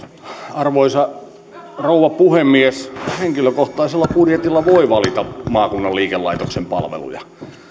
arvoisa rouva puhemies henkilökohtaisella budjetilla voi valita maakunnan liikelaitoksen palveluja